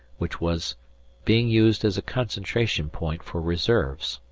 which was being used as a concentration point for reserves.